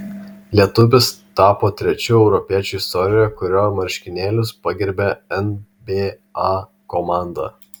lietuvis tapo trečiu europiečiu istorijoje kurio marškinėlius pagerbė nba komanda